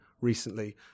recently